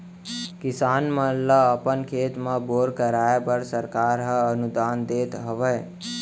किसान मन ल अपन खेत म बोर कराए बर सरकार हर अनुदान देत हावय